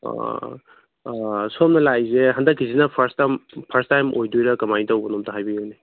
ꯑꯥ ꯑꯥ ꯁꯣꯝꯅ ꯂꯥꯛꯏꯁꯦ ꯍꯟꯗꯛꯀꯤꯁꯤꯅ ꯐꯥꯔꯁ ꯇꯥꯏꯝ ꯐꯥꯔꯁ ꯇꯥꯏꯝ ꯑꯣꯏꯗꯣꯏꯔꯥ ꯀꯃꯥꯏꯅ ꯇꯧꯕꯅꯣ ꯑꯃꯇ ꯍꯥꯏꯕꯤꯎꯅꯦ